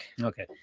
Okay